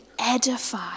edify